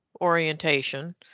Orientation